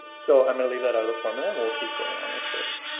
so i'm gonna leave that out of the formula and we'll keep going on with this.